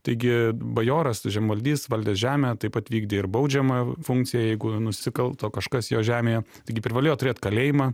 taigi bajoras žemvaldys valdė žemę taip pat vykdė ir baudžiamąją funkciją jeigu nusikalto kažkas jo žemėje taigi privalėjo turėt kalėjimą